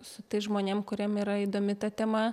su tais žmonėm kuriem yra įdomi ta tema